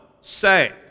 say